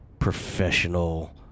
professional